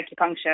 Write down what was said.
acupuncture